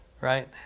Right